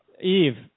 Eve